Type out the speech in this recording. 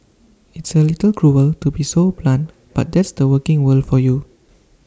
it's A little cruel to be so blunt but that's the working world for you